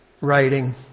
writing